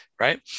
right